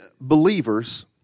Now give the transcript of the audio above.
believers